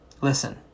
Listen